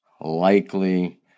likely